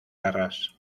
garras